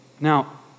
Now